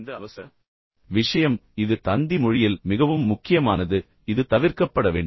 இந்த அவசர விஷயம் idhu இது தந்தி மொழியில் மிகவும் முக்கியமானது இது தவிர்க்கப்பட வேண்டும்